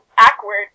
awkward